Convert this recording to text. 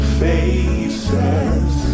faces